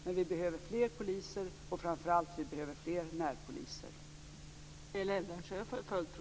Men vi behöver fler poliser och, framför allt, vi behöver fler närpoliser.